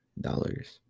dollars